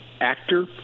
Actor